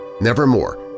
Nevermore